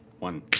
one.